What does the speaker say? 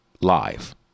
live